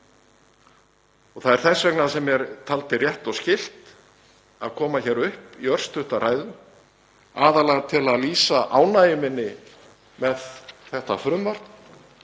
Það er þess vegna sem ég taldi rétt og skylt að koma hér upp í örstutta ræðu, aðallega til að lýsa ánægju minni með þetta frumvarp